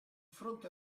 fronte